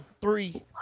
three